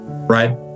Right